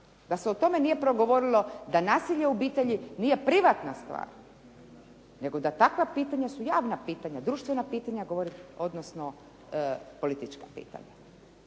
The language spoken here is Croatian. Da se o tome nije progovorilo, da nasilje u obitelji nije privatna stvar, nego da takva pitanja su javna pitanja, društvena pitanja odnosno politička pitanja.